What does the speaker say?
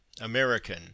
American